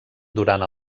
durant